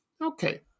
okay